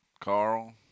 Carl